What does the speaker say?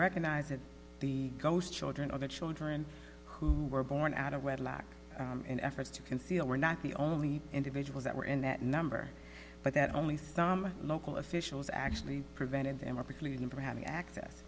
recognize that the ghost children are the children who were born out of wedlock and efforts to conceal were not the only individuals that were in that number but that only some local officials actually prevented them are pleading for having access